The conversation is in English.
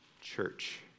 church